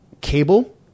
Cable